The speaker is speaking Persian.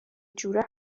جوره